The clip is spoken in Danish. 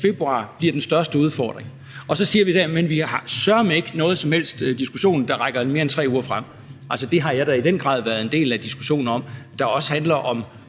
alle siger bliver den største udfordring i februar. Og så siger man der, at man søreme ikke har nogen som helst diskussion, der rækker mere end 3 uger frem. Altså, det har jeg da i den grad været en del af diskussionen om, der også handler om